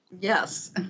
Yes